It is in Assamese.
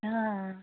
অঁ